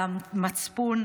על המצפון,